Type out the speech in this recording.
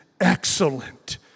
excellent